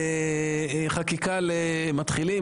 חקיקה למתחילים,